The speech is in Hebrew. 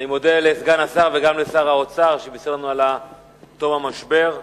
אני מודה לסגן השר וגם לשר האוצר שבישר לנו על תום המשבר.